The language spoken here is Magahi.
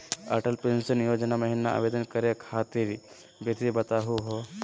अटल पेंसन योजना महिना आवेदन करै खातिर विधि बताहु हो?